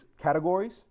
categories